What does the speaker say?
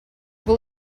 will